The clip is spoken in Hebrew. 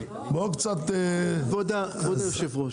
כבוד היושב-ראש,